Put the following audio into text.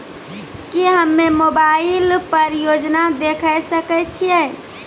की हम्मे मोबाइल पर योजना देखय सकय छियै?